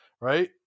right